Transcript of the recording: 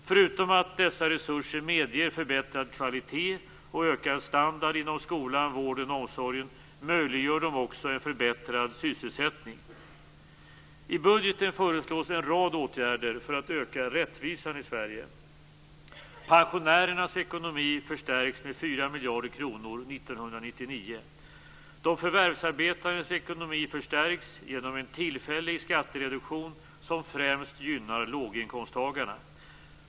Förutom att dessa resurser medger förbättrad kvalitet och ökad standard inom skolan, vården och omsorgen möjliggör de också en förbättrad sysselsättning. I budgeten föreslås en rad åtgärder för att öka rättvisan i Sverige. Pensionärernas ekonomi förstärks med 4 miljarder kronor 1999. De förvärvsarbetandes ekonomi förstärks genom en tillfällig skattereduktion som främst gynnar låginkomsttagarna.